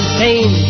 pain